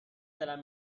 دلم